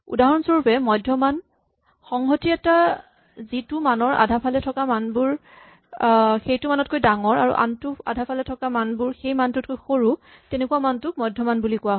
উদাহৰণ স্বৰূপে মধ্যমান সংহতি এটাৰ যিটো মানৰ আধাফালে থকা মানবোৰ সেইটো মানতকৈ ডাঙৰ আৰু আন আধাফালে থকা মানবোৰ সেইটো মানতকৈ সৰু হয় তেনেকুৱা মানটোক মধ্যমান বুলি কয়